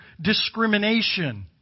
discrimination